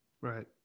Right